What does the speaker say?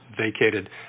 vacated